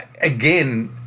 again